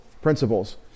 principles